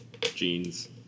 jeans